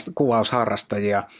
kuvausharrastajia